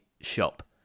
shop